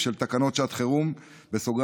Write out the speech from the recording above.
ומטבע